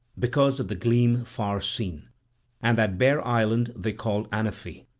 because of the gleam far-seen and that bare island they called anaphe,